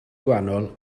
gwahanol